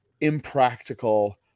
impractical